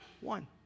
one